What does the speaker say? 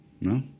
No